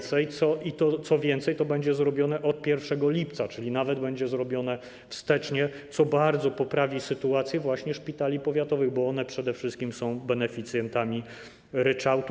Co więcej, to będzie zrobione od 1 lipca, czyli nawet będzie zrobione wstecznie, co bardzo poprawi sytuację właśnie szpitali powiatowych, bo one przede wszystkim są beneficjentami ryczałtu.